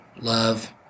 love